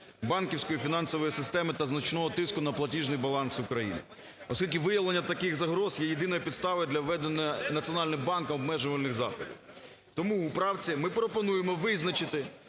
банківської фінансової системи та значного тиску на платіжний баланс України. Оскільки виявлення таких загроз є єдиною підставою для введення Національним банком обмежувальних заходів. Тому у правці ми пропонуємо визначити,